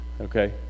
okay